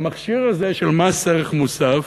המכשיר הזה של מס ערך מוסף